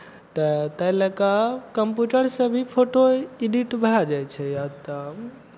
तऽ ताहि लऽ कऽ कम्प्यूटरसँ भी फोटो एडिट भए जाइ छै आब तऽ